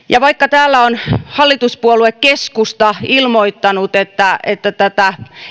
ja vaikka täällä on hallituspuolue keskusta ilmoittanut että että tätä